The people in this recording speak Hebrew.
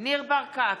ניר ברקת,